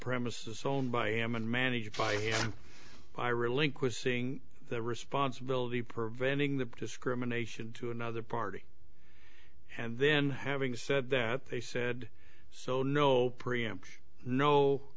premises owned by m and manager fiat by relinquish seeing the responsibility preventing the discrimination to another party and then having said that they said so no